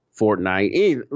Fortnite